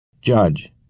Judge